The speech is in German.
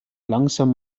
langsam